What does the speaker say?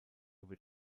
wird